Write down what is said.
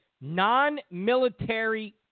Non-military